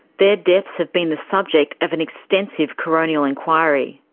their deaths have been the subject of an extensive coronial inquiry.